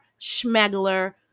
schmegler